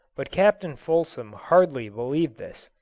but captain fulsom hardly believed this.